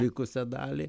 likusią dalį